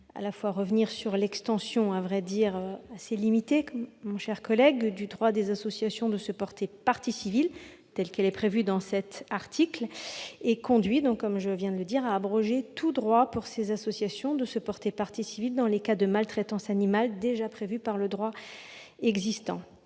donc à revenir sur l'extension- à vrai dire assez limitée -du droit des associations de se porter partie civile tel qu'elle est prévue dans cet article. Cela conduirait à abroger tout droit pour ces associations de se porter partie civile dans les cas de maltraitance animale déjà visés par le droit existant.